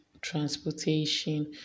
transportation